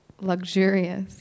luxurious